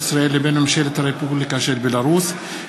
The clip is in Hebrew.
ישראל לבין ממשלת הרפובליקה של בלרוס.